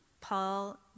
Paul